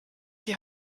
die